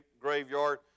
graveyard